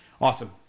awesome